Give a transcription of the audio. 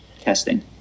testing